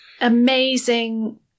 amazing